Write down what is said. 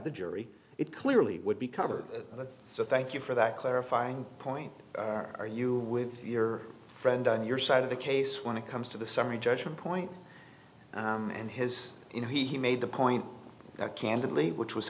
the jury it clearly would be covered so thank you for that clarifying point are you with your friend on your side of the case when it comes to the summary judgment point and his you know he made the point that candidly which was